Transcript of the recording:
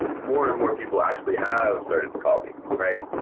more and more people actually have started to call me. right?